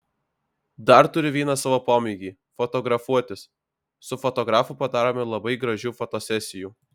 dar turiu vieną savo pomėgį fotografuotis su fotografu padarome labai gražių fotosesijų